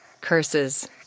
Curses